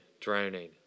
drowning